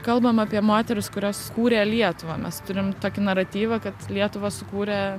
kalbam apie moteris kurios kūrė lietuvą mes turim tokį naratyvą kad lietuva sukūrė